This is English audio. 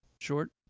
short